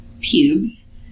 pubes